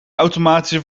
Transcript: automatische